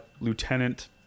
lieutenant